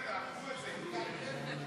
הבטחת כספי הפיקדון),